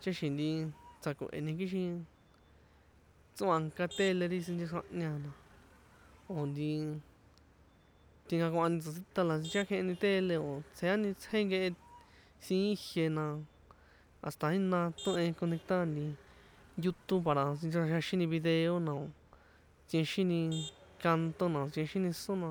Ticháxi̱n nti tsja̱ko̱he̱ni kixin tsoanka tele ri sinchexroahña a, na o̱ nti tjinkakohani tsosinta la sincheakjenheni tele, o̱ tsjeani tsjé nkehe siín jie na hasta jína tohe conectar nti you tuve, para sinchexroanxini video na o̱ tsienxini canto na, tsienxini son na,